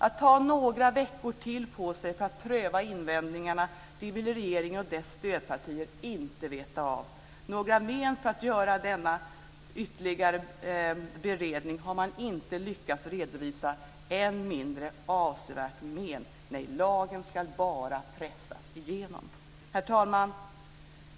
Att ta några veckor till på sig för att pröva invändningarna vill regeringen och dess stödpartier inte veta av. Några men för att göra denna ytterligare beredning har man inte lyckats redovisa, än mindre avsevärt men. Nej, lagen ska bara pressas igenom. Herr talman!